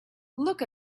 look